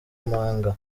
mpaga